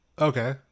okay